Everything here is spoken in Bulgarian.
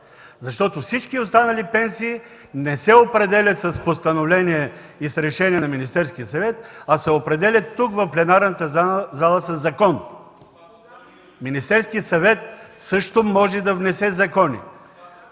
старост. Всички останали пенсии не се определят с постановление и решение на Министерския съвет, а се определят тук, в пленарната зала със закон. Министерският съвет също може да внесе закони.